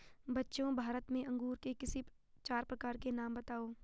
बच्चों भारत में अंगूर के किसी चार प्रकार के नाम बताओ?